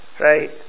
Right